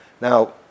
Now